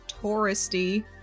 touristy